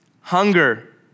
hunger